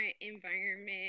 environment